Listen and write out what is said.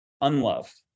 unlove